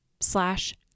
slash